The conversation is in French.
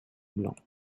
blanc